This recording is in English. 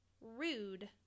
Rude